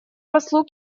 послу